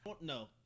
No